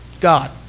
God